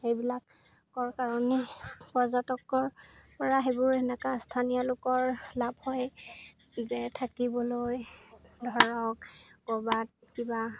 সেইবিলাকৰ কাৰণে পৰ্যটকৰ পৰা সেইবোৰ তেনেকুৱা স্থানীয় লোকৰ লাভ হয় দে থাকিবলৈ ধৰক ক'ৰবাত কিবা